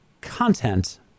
content